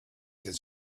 his